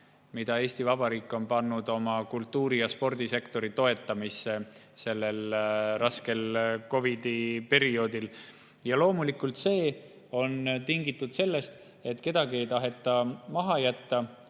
on Eesti Vabariik pannud oma kultuuri- ja spordisektori toetamisse sellel raskel COVID-i perioodil. Loomulikult on see tingitud sellest, et kedagi ei taheta maha jätta